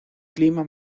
clima